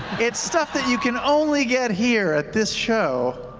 it's stuff that you can only get here at this show